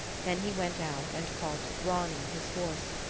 then he went out and called to grani, his horse,